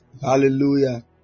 Hallelujah